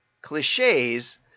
cliches